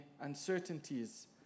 uncertainties